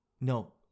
No